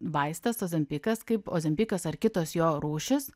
vaistas ozempikas kaip ozempikas ar kitos jo rūšys